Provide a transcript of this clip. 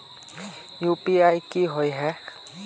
UPI की होय है?